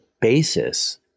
basis